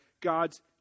God's